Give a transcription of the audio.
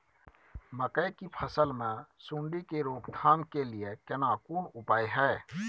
मकई की फसल मे सुंडी के रोक थाम के लिये केना कोन उपाय हय?